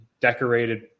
decorated